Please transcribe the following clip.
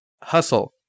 hustle